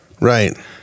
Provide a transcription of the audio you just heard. right